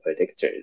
predictors